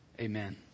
Amen